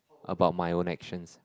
about my own actions